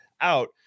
out